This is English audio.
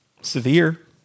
Severe